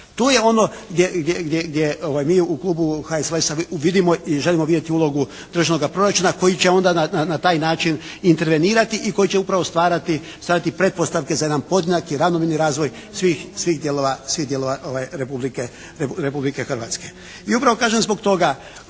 Tu je ono gdje mi u klubu HSLS-a vidimo i želimo vidjeti ulogu državnog proračuna koji će onda na taj način intervenirati i koji će upravo stvarati pretpostavke za jedan podjednaki, ravnomjerni razvoj svih dijelova Republike Hrvatske. I upravo kažem zbog toga